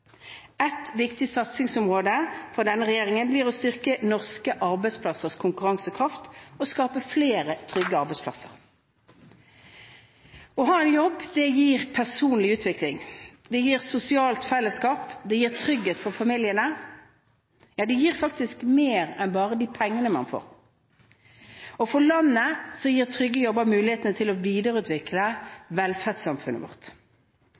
Et viktig satsingsområde for denne regjeringen blir å styrke norske arbeidsplassers konkurransekraft og skape flere trygge arbeidsplasser. Å ha en jobb gir personlig utvikling, et sosialt fellesskap og trygghet for familiene, ja, det gir faktisk mer enn bare de pengene man får. For landet gir trygge jobber muligheten til å videreutvikle velferdssamfunnet vårt.